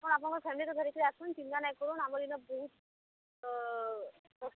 ଆପଣଙ୍କର୍ ଫ୍ୟାମିଲି କେ ଧରିକିରି ଆସୁନ୍ ଚିନ୍ତା ନାଇକରୁନ୍ ଆମ ଇନ ବହୁତ୍